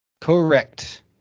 Correct